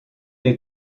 les